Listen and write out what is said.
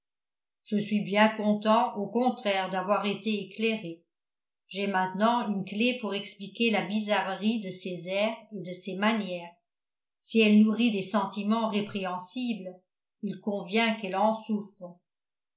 je suis bien content au contraire d'avoir été éclairé j'ai maintenant une clé pour expliquer la bizarrerie de ses airs et de ses manières si elle nourrit des sentiments répréhensibles il convient qu'elle en souffre